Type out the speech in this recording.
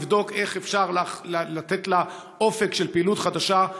לבדוק איך אפשר לתת לה אופק של פעילות חדשה.